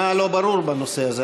מה לא ברור בנושא הזה?